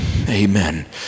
Amen